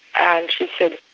and she said,